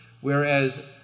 whereas